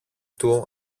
του